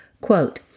Quote